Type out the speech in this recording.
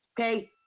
Okay